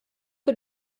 der